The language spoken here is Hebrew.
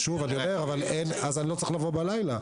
אז אני לא צריך לבוא בלילה.